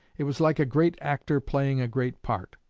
it was like a great actor playing a great part.